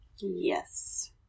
Yes